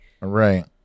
Right